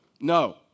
no